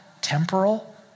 temporal